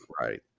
Right